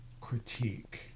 critique